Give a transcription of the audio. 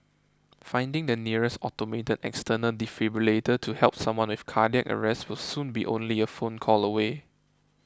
finding the nearest automated external defibrillator to help someone with cardiac arrest will soon be only a phone call away